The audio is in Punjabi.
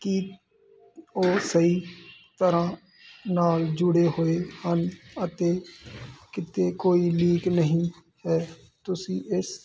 ਕੀ ਉਹ ਸਹੀ ਤਰਾਂ ਨਾਲ ਜੁੜੇ ਹੋਏ ਹਨ ਅਤੇ ਕਿਤੇ ਕੋਈ ਲੀਕ ਨਹੀਂ ਹੈ ਤੁਸੀਂ ਇਸ